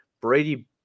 Brady